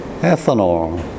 ethanol